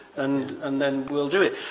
and and then we'll do it.